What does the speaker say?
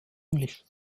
englisch